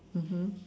mmhmm